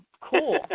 cool